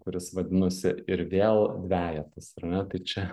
kuris vadinosi ir vėl dvejetas ar ne tai čia